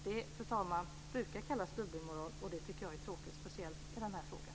Det brukar kallas dubbelmoral, fru talman. Det tycker jag är tråkigt, speciellt i den här frågan.